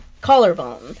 Collarbone